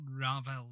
Ravel